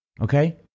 Okay